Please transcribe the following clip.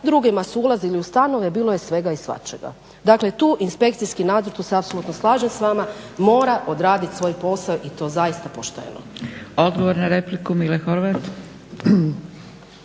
drugima su ulazili u stanove, bilo je svega i svačega. Dakle, tu inspekcijski nadzor, tu se apsolutno slažem s vama, mora odraditi svoj posao i to zaista poštujemo. **Zgrebec, Dragica